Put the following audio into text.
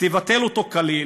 תבטל אותו כליל,